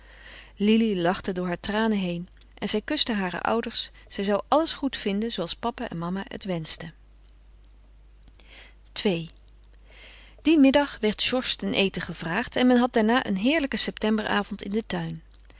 lili lachte door haar tranen heen en zij kuste hare ouders zij zou alles goed vinden zooals papa en mama het wenschten ii dien middag werd georges ten eten gevraagd en men had daarna een heerlijke septemberavond in den tuin